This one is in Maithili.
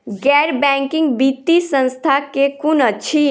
गैर बैंकिंग वित्तीय संस्था केँ कुन अछि?